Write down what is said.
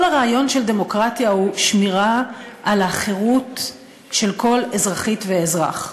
כל הרעיון של דמוקרטיה הוא שמירה על החירות של כל אזרחית ואזרח,